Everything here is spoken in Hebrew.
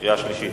קריאה שלישית.